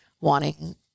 wanting